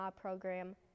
program